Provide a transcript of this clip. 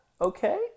Okay